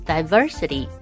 Diversity